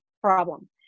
problem